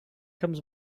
comes